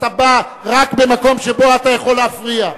אתה בא רק במקום שבו אתה יכול להפריע.